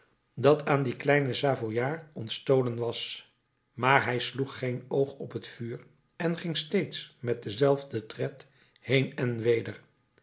dat aan den kleinen savooiaard ontstolen was maar hij sloeg geen oog op het vuur en ging steeds met denzelfden tred heen en weder